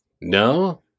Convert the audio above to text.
No